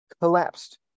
collapsed